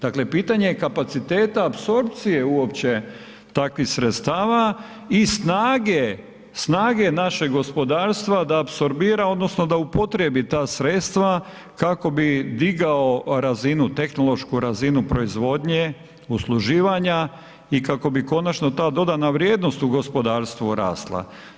Dakle pitanje je kapaciteta apsorpcije uopće takvih sredstava i snage našeg gospodarstva da apsorbira odnosno da upotrijebi ta sredstva kako bi digao razinu, tehnološku razinu proizvodnje usluživanja i kako bi konačno ta dodana vrijednost u gospodarstvu rasla.